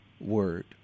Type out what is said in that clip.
word